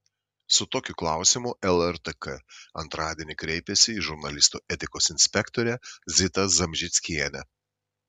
su tokiu klausimu lrtk antradienį kreipėsi į žurnalistų etikos inspektorę zitą zamžickienę